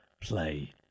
play